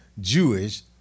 Jewish